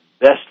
best